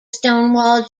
stonewall